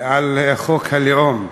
על חוק הלאום,